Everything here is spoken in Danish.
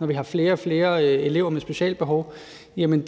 når vi har flere og flere elever med specialbehov, jo